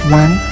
one